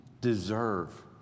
deserve